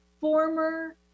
former